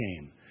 came